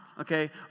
okay